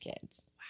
kids